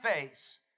face